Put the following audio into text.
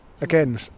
Again